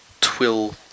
twill